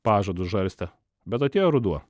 pažadus žarstė bet atėjo ruduo